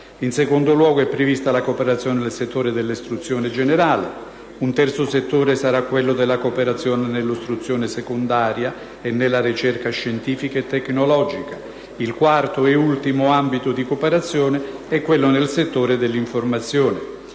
In secondo luogo, è prevista la cooperazione nel settore dell'istruzione generale. Un terzo settore sarà quello della cooperazione nell'istruzione secondaria e nella ricerca scientifica e tecnologica. Il quarto e ultimo ambito di cooperazione è quello nel settore dell'informazione.